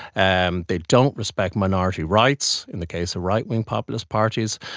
and they don't respect minority rights in the case of right-wing populist parties.